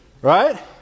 Right